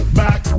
back